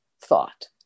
thought